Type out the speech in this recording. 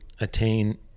attain